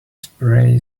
spray